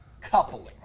coupling